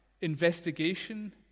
Investigation